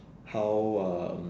how um